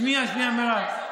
שנייה, שנייה, מירב.